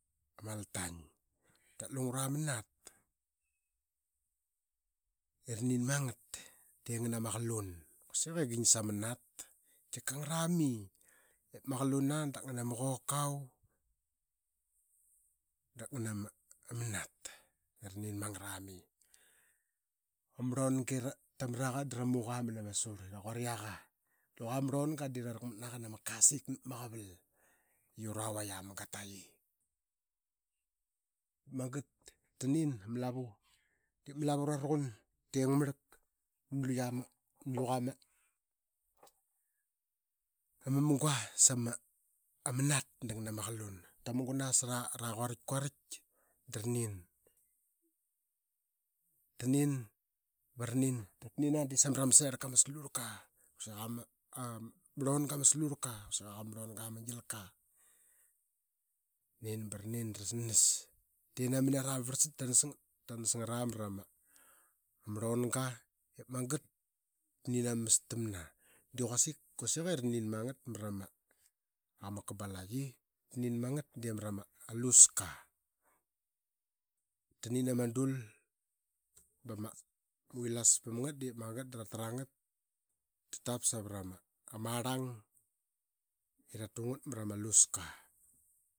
maltaing dap lungura ma nat era nin mangat de ngana ma qalun. Kuasik i gingsa ma na t tika ngarami ip ma qulan aa dap ngana ma qokav da ngana ma nat ira nin. amgara mai. Ama arlonga irama raqa dara muqa mana ma surk. De quarikaqa arlanga de rarakmat naqa nama kasik nap ma qaval. I ura vaik aa ma gataqi. Maqat tanin, ama lavu de ma lavu raraqu na luya, liqa tengmarlak ma munqa sama anat ngan na ma qalun sa ra quarik, quarik dara nin. Tanin ba ra nin de samarama selka ma slurka. Kuasik ama rlonga ma slurka kausik ee aqama rlonga ma gilka. Ranin ba ranin da ra snas tenama nara ba varlsat. Da ranas ngat marama rlonga ip magat da ra nin ama mastamna. Da quasik ere nin mangat mara qama kabalaqi. Tanin mangat de marama luska. Tanin ama dul bama, vilas pam ngat dep magat da ra tranagat. T tap savara ma arlang ee ra tangut mra ma luska